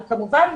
וכמובן,